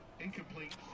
incomplete